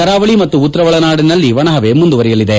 ಕರಾವಳಿ ಮತ್ತು ಉತ್ತರ ಒಳನಾಡು ಒಣಹವೆ ಮುಂದುವರಿಯಲಿದೆ